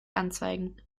anzeigen